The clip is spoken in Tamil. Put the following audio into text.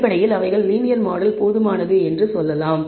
அடிப்படையில் அவைகள் லீனியர் மாடல் போதுமானது என்று சொல்கிறது